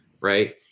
right